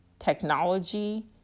technology